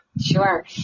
Sure